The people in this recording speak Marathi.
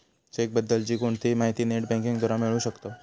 चेक बद्दल ची कोणतीही माहिती नेट बँकिंग द्वारा मिळू शकताव